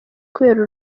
kubera